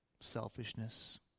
selfishness